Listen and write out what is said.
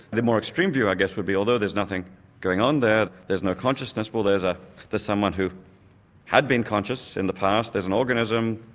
the more extreme view i guess would be although there's nothing going on there, there's no consciousness, well there's ah someone who had been conscious in the past, there's an organism,